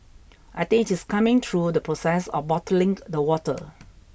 I think it's coming through the process of bottling the water